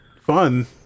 fun